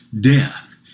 death